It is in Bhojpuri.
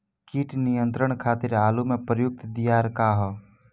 कीट नियंत्रण खातिर आलू में प्रयुक्त दियार का ह?